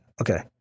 Okay